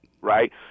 Right